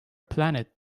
planet